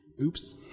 Oops